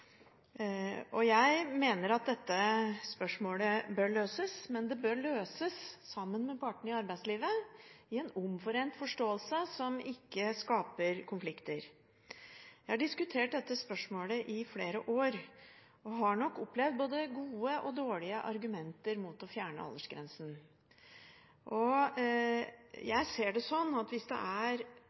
nidkjærhet. Jeg mener at dette spørsmålet bør løses, men det bør løses sammen med partene i arbeidslivet i en omforent forståelse som ikke skaper konflikter. Jeg har diskutert dette spørsmålet i flere år, og jeg har nok opplevd både gode og dårlige argumenter mot å fjerne aldersgrensen. Jeg ser det sånn at hvis det er